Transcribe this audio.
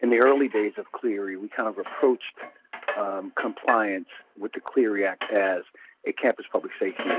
in the early days of clery we kind of approached compliance with the clery act as a campus public safety